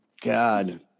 god